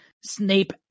Snape